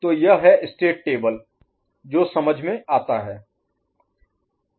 तो यह है स्टेट टेबल जो समझ में आता है